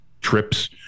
trips